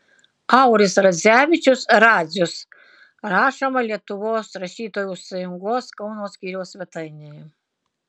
auris radzevičius radzius rašoma lietuvos rašytojų sąjungos kauno skyriaus svetainėje